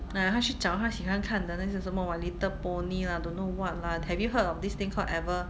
ah 她去找她喜欢看的那些什么 little pony lah don't know what lah have you heard of this thing ever